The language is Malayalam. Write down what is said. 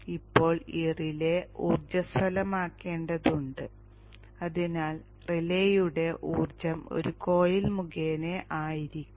ഇപ്പോൾ ഈ റിലേ ഊർജ്ജസ്വലമാക്കേണ്ടതുണ്ട് അതിനാൽ റിലേയുടെ ഊർജ്ജം ഒരു കോയിൽ മുഖേന ആയിരിക്കും